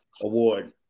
Award